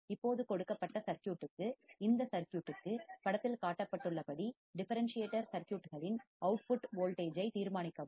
இப்போது கொடுக்கப்பட்ட சுற்று சர்க்யூட் க்கு இந்த சர்க்யூட்க்கு படத்தில் காட்டப்பட்டுள்ளபடி டிஃபரன்ஸ் சியேட்டர் சர்க்யூட்களின் வெளியீட்டு அவுட்புட் மின்னழுத்தத்தை வோல்டேஜ் தீர்மானிக்கவும்